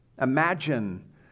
Imagine